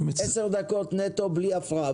10 דקות נטו בלי הפרעה.